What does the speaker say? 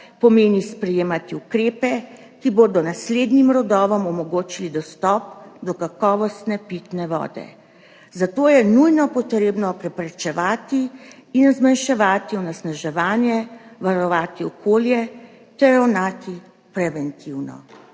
pomeni sprejemati ukrepe, ki bodo naslednjim rodovom omogočili dostop do kakovostne pitne vode, zato je nujno treba preprečevati in zmanjševati onesnaževanje, varovati okolje ter ravnati preventivno.